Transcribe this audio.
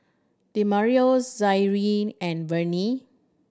Demario Zaire and Vennie